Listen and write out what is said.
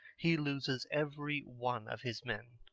he loses every one of his men,